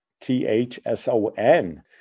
T-H-S-O-N